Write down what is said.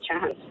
chance